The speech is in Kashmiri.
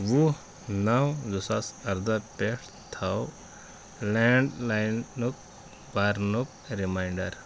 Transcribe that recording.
وُہ نو زٕساس اردہ پٮ۪ٹھ تھاو لینٛڈ لایِنُک برنُک ریمنانڈر